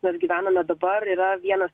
mes gyvename dabar yra vienas